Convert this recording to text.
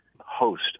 host